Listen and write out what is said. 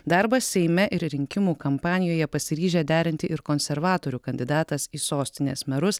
darbą seime ir rinkimų kampanijoje pasiryžę derinti ir konservatorių kandidatas į sostinės merus